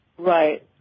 Right